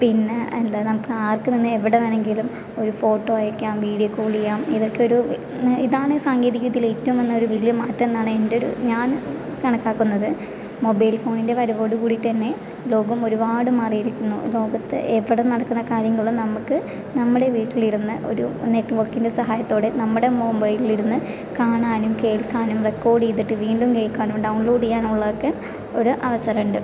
പിന്നെ എന്താ നമുക്ക് ആർക്ക് വന്ന് എവിടെ വേണമെങ്കിലും ഒരു ഫോട്ടോ അയക്കാം വീഡിയോ കോൾ ചെയ്യാം ഇതൊക്കെ ഒരു ഇതാണ് സാങ്കേതിക വിദ്യയിൽ ഏറ്റവും വന്ന ഒരു വലിയ ഒരു മാറ്റമെന്നാണ് എൻ്റെയൊരു ഞാൻ കണക്കാക്കുന്നത് മൊബൈൽ ഫോണിൻ്റെ വരവോടു കൂടിത്തന്നെ ലോകം ഒരുപാട് മാറിയിരിക്കുന്നു ലോകത്ത് എവിടെ നടക്കുന്ന കാര്യങ്ങളും നമുക്ക് നമ്മൂടെ വീട്ടിലിരുന്ന് ഒരു നെറ്റ്വർക്കിൻ്റെ സഹായത്തോടെ നമ്മുടെ മൊബൈലിരുന്ന് കാണാനും കേൾക്കാനും റെക്കോഡ് ചെയ്തിട്ട് വീണ്ടും കേൾക്കാനും ഡൗൺലോഡ് ചെയ്യാനുള്ളതൊക്കെ ഒരു അവസരമുണ്ട്